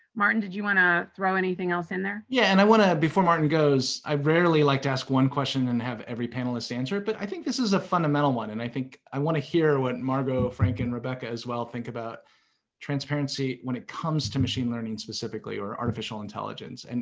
martin, did you want to throw anything else in there? yeah, and i want to, before martin goes, i rarely like to ask one question and have every panelist answer it, but i think this is a fundamental one. and i think i want to hear what margot, frank, and rebecca, as well think about transparency when it comes to machine learning specifically or artificial intelligence,